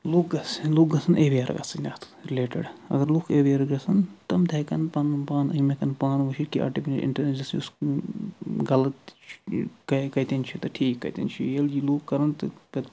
لُکھ گَژھَن لُکھ گَژھَن اٮ۪وِیَر گَژھٕنۍ اَتھ رِلیٹٕڈ اگر لُکھ اٮ۪وِیَر گَژھَن تِم تہِ ہٮ۪کَن پَنُن پان یِم ہٮ۪کَن پانہٕ ؤنۍ ہیٚکہِ آٹِفِشَل اِنٹٮ۪لِجَنٕس یُس غَلَط چھُ کَتٮ۪ن کَتٮ۪ن چھُ تہٕ ٹھیٖک کَتٮ۪ن چھُ ییٚلہِ یہِ لُکھ کَرَن تہٕ پَتہٕ